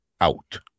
out